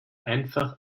einfach